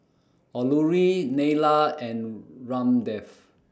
Alluri Neila and Ramdev